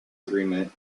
agreement